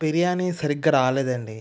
బిర్యాని సరిగ్గా రాలేదండి